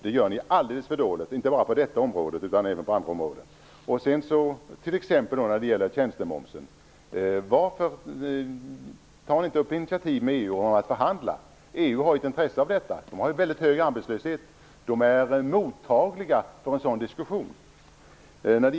Det gör ni alldeles för dåligt, inte bara på detta område utan även på andra områden. När det t.ex. gäller tjänstemomsen undrar jag varför ni inte tar initiativ i EU om att förhandla. EU har ju ett intresse av detta. EU-länderna har hög arbetslöshet, och de är mottagliga för en sådan diskussion.